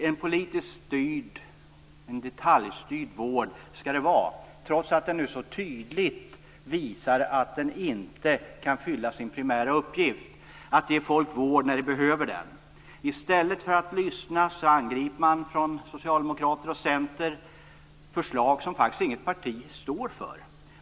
En politiskt detaljstyrd vård skall det vara, trots att vården nu så tydligt visar att den inte kan uppfylla sin primära uppgift, nämligen att ge folk vård när sådan behövs. I stället för att lyssna angriper man från Socialdemokraterna och Centern förslag som faktiskt inget parti står för.